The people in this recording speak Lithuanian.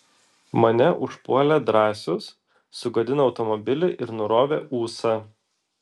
mane užpuolė drąsius sugadino automobilį ir nurovė ūsą